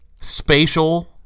spatial